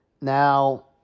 Now